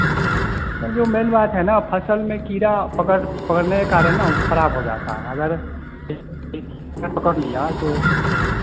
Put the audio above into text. sir जो main बात है ना फ़सल में कीड़ा पकड़ पकड़ने के कारण ना वह खराब हो जाता है अगर कीड़ा पकड़ लिया तो